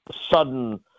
sudden